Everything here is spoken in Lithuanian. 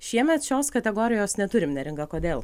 šiemet šios kategorijos neturim neringa kodėl